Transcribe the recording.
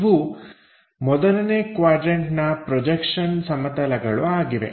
ಇವು ಮೊದಲನೇ ಕ್ವಾಡ್ರನ್ಟನ ಪ್ರೊಜೆಕ್ಷನ್ ಸಮತಲಗಳು ಆಗಿವೆ